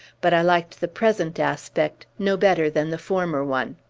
but i liked the present aspect no better than the former one.